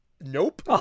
nope